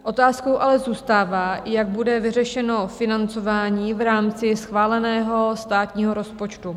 Otázkou ale zůstává, jak bude vyřešeno financování v rámci schváleného státního rozpočtu.